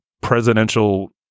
presidential